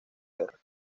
guerra